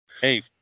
Hey